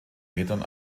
metern